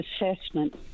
assessment